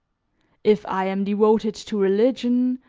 if i am devoted to religion,